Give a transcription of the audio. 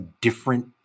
different